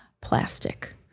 plastic